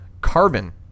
Carbon